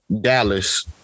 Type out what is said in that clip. Dallas